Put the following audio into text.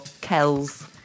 kells